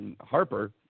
Harper